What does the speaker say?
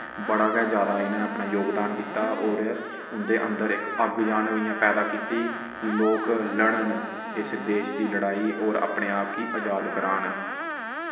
बड़ा गै जैदा इनैं अपना जोगदान दित्ता और उंदे अंदर इक अग्ग जन इ'यां पैदा कित्ती कि लोक लड़न इस देश दी लड़ाई और अपने आप कि अजाद करान